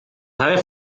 naves